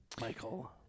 Michael